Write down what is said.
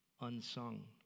unsung